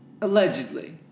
Allegedly